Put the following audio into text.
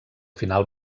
final